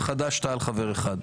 וחד"ש-תע"ל חבר אחד.